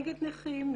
נגד נכים,